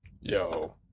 Yo